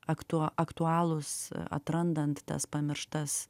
aktu aktualūs atrandant tas pamirštas